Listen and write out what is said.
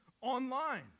online